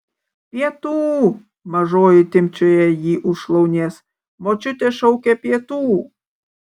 pietų mažoji timpčioja jį už šlaunies močiutė šaukia pietų